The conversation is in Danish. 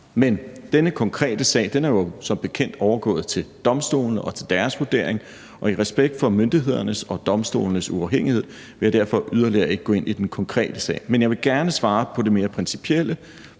Men denne konkrete sag er som bekendt overgået til domstolene og deres vurdering, og i respekt for myndighedernes og domstolenes uafhængighed vil jeg derfor ikke gå yderligere ind i den konkrete sag. Men jeg vil gerne svare på det mere principielle,